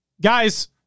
Guys